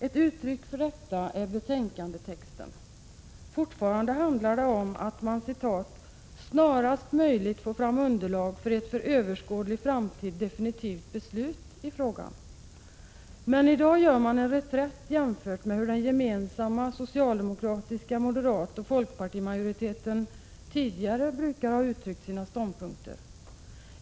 Ett uttryck för detta är betänkandetexten, där det fortfarande handlar om att man ”snarast möjligt får fram underlag för ett för överskådlig tid definitivt beslut” i frågan. Men i dag gör man en reträtt jämfört med hur den gemensamma s-m-fp-majoriteten tidigare har uttryckt sina ståndpunkter.